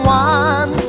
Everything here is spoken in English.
one